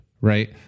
right